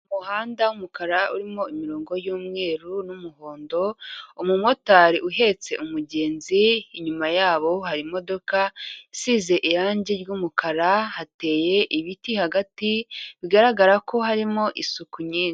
Umuhanda w'umukara urimo imirongo y'umweru n'umuhondo, umumotari uhetse umugenzizi, inyuma yabo hari imodoka isize irangi ry'umukara, hateye ibiti hagati bigaragara ko harimo isuku nyinshi.